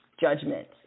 judgment